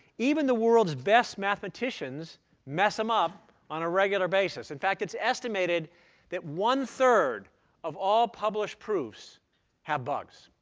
even the world's best mathematicians mess them up on a regular basis. in fact, it's estimated that one third of all published proofs have bugs,